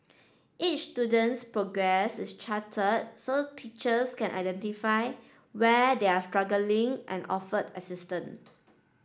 each student's progress is charted so teachers can identify where they are struggling and offer assistance